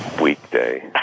weekday